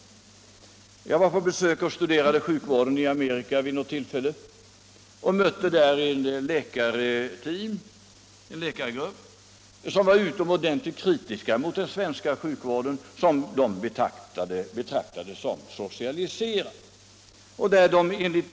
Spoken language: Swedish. Vid ett tillfälle var jag i Amerika och studerade sjukvården där, och jag mötte där en grupp läkare som var utomordentligt kritiska mot den svenska sjukvården som de betraktade som socialiserad.